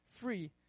free